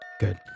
Good